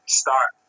start